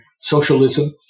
socialism